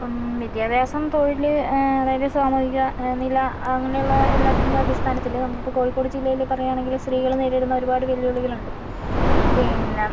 ഇപ്പോൾ വിദ്യാഭ്യാസം തൊഴില് അതായത് സാമൂഹിക നില അങ്ങനെയുള്ള എല്ലാത്തിന്റെ അടിസ്ഥാനത്തില് നമ്മുക്കിപ്പോൾ കോഴിക്കോട് ജില്ലയില് പറയുകയാണെങ്കില് സ്ത്രീകള് നേരിടുന്ന ഒരുപാട് വെല്ലുവിളികളുണ്ട് പിന്നെ